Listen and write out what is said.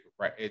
right